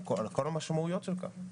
על כל המשמעויות של כך.